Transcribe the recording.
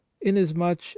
inasmuch